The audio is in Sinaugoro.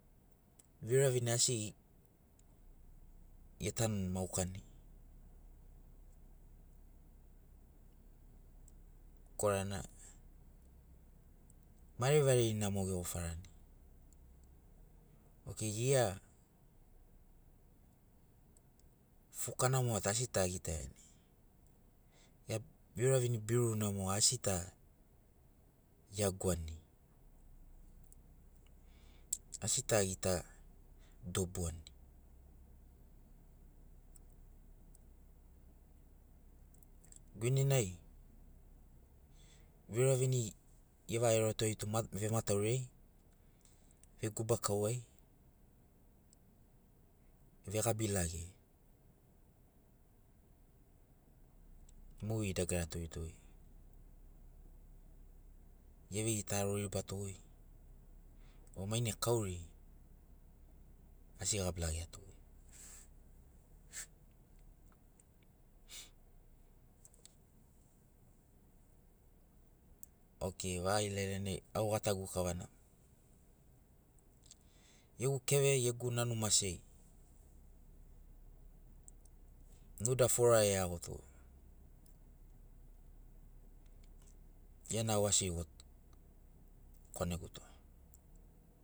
Veuravini asi getanu maukani korana marevarina mogo ge gofarani okei gia fukana moga tu asi ta gitaiani gia viuravini. biruruna moga asi ta iauguani asi ta gita dobuani. Guinenai viuravini ge vaga aeroato goi tu vemataurai. vegubakauai vegabi. lageai mogeri dagara toitoi geve gita aroriba to goi maine kauri asi ge gabilageato goi. Okei vaga ilailanai au gatagu. kavana gegu keveai gegu nanu maseai nuda forarai aiagoto gia na au asi eraga kwaneguto.